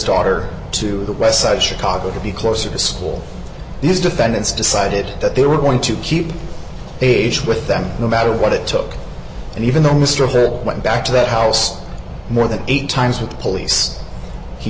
daughter to the west side chicago to be closer to school these defendants decided that they were going to keep age with them no matter what it took and even though mr hurd went back to that house more than eight times with the police he